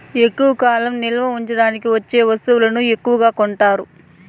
ఎక్కువ కాలం నిల్వ ఉంచడానికి వచ్చే వస్తువులను ఎక్కువగా కొనుక్కుంటారు